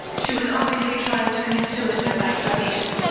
she was obviously trying to commit suicide by starvation.